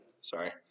Sorry